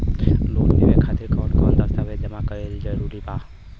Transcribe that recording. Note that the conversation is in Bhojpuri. लोन लेवे खातिर कवन कवन दस्तावेज जमा कइल जरूरी बा?